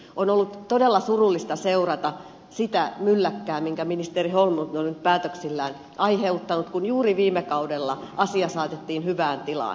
on ollut todella surullista seurata sitä mylläkkää minkä ministeri holmlund on päätöksillään aiheuttanut kun juuri viime kaudella asia saatettiin hyvään tilaan